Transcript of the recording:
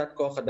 זה לא מג'יק,